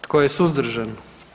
Tko je suzdržan?